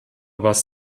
was